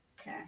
okay